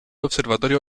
observatorio